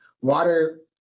water